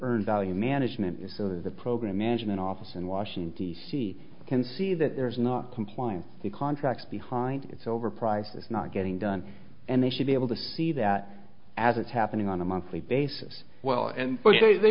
earned value management is so that the program management office in washington d c can see that there's not compliance the contracts behind it's overpriced it's not getting done and they should be able to see that as it's happening on a monthly basis well and they